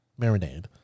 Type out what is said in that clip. marinade